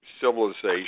civilization